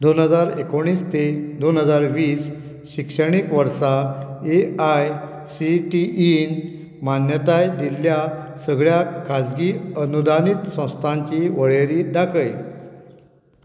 दोन हजार एकुणीस ते दोन हजार वीस शिक्षणीक वर्सा एआयसीटीईन मान्यताय दिल्ल्या सगळ्या खाजगी अनुदानीत संस्थांची वळेरी दाखय